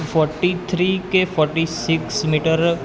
forty three કે forty six metre